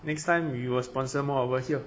next time we will sponsor more over here